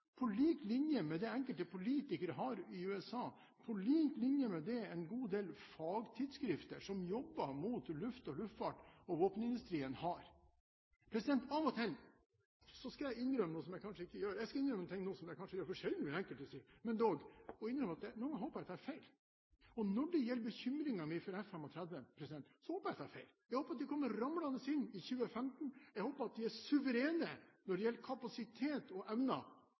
på lik linje med det enkelte politikere i USA har, og på lik linje med det en god del fagtidsskrifter som jobber mot luftfart og våpenindustri, har. Nå skal jeg innrømme noe – som jeg gjør for sjelden, vil enkelte si – men nå håper jeg at jeg tar feil. Når det gjelder bekymringen min for F-35, håper jeg at jeg tar feil. Jeg håper at de kommer ramlende inn i 2015, jeg håper at de er suverene når det gjelder kapasitet og